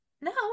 No